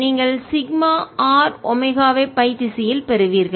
நீங்கள் sigma or ஒமேகாவை phi திசையில் பெறுவீர்கள்